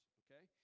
okay